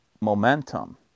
momentum